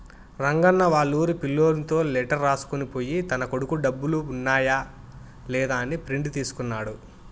రంగన్న వాళ్లూరి పిల్లోనితో లెటర్ రాసుకొని పోయి తన కొడుకు డబ్బులు పన్నాయ లేదా అని ప్రింట్ తీసుకున్నాడు